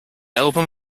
album